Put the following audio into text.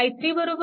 i3